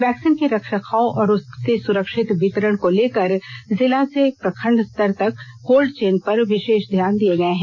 vaccine के रख रखाव और उसके सुरक्षित वितरण को लेकर जिला से प्रखंड स्तर पर कोल्ड चेन पर विशेष ध्यान दिये गये हैं